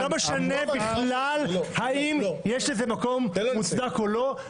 זה לא משנה בכלל האם יש לזה מקום מוצדק או לא,